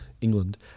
england